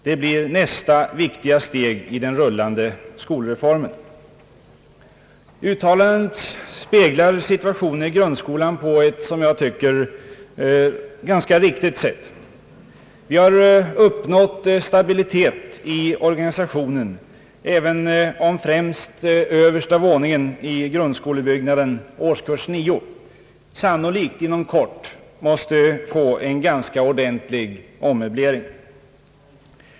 Det blir nästa viktiga steg i den rullande skolreformen.» Uttalandet speglar situationen i grundskolan på ett som jag tycker ganska riktigt sätt. Vi har uppnått stabilitet i organisationen, även om främst översta våningen i grundskolebyggnaden, årskurs 9, sannolikt inom kort måste få en ganska ordentlig ommöblering.